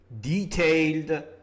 detailed